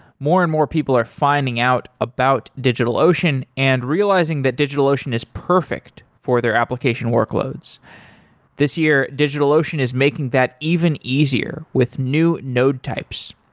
more and more, people are finding out about digitalocean and realizing that digitalocean is perfect for their application workloads this year, digitalocean is making that even easier with new node types.